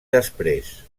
després